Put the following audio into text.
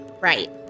Right